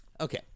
Okay